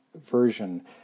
version